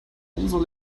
umso